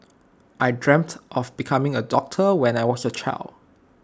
I dreamt of becoming A doctor when I was A child